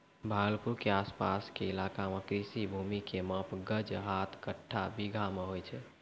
भागलपुर के आस पास के इलाका मॅ कृषि भूमि के माप गज, हाथ, कट्ठा, बीघा मॅ होय छै